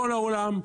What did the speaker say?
בכל העולם,